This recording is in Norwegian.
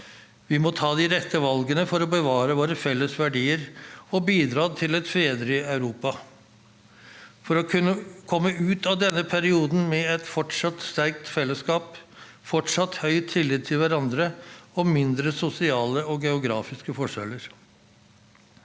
Vi må ta de rette valgene for å bevare våre felles verdier og bidra til et fredelig Europa, og for å komme ut av denne perioden med et fortsatt sterkt fellesskap, fortsatt høy tillit til hverandre og mindre sosiale og geografiske forskjeller.